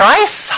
Price